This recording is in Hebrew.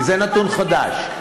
כי זה נתון חדש.